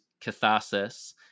catharsis